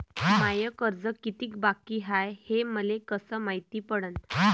माय कर्ज कितीक बाकी हाय, हे मले कस मायती पडन?